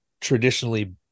traditionally